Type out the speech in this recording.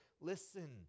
listen